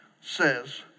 says